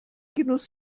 genuss